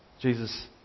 Jesus